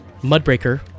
Mudbreaker